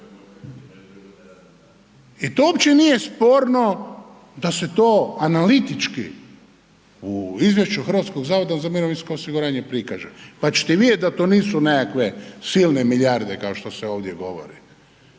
I to uopće nije sporno da se to analitički u izvješću HZMO-a prikaže, pa ćete vidjeti da to nisu nekakve silne milijarde kao što se ovdje govori,